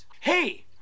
hey